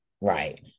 right